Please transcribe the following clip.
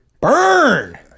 burn